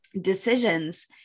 decisions